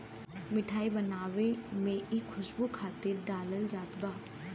मिठाई बनावे में इ खुशबू खातिर डालल जात बा